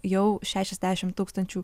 jau šešiasdešimt tūkstančių